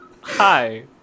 hi